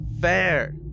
fair